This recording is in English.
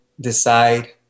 decide